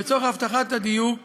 לצורך הבטחת דיוק